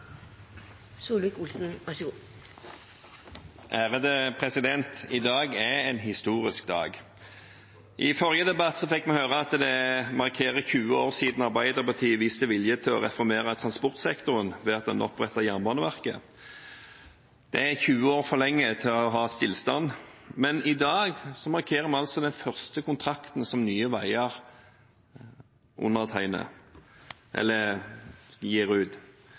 en historisk dag. I forrige debatt fikk vi høre at dagen markerer at det er 20 år siden Arbeiderpartiet viste vilje til å reformere transportsektoren ved at en opprettet Jernbaneverket. Det er 20 år for lenge å ha stillstand. Men i dag markerer vi den første kontrakten som Nye Veier